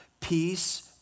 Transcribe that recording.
peace